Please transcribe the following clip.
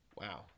Wow